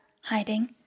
hiding